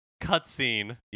cutscene